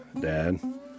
dad